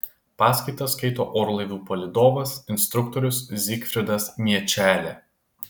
paskaitas skaito orlaivių palydovas instruktorius zigfridas miečelė